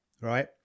right